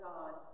God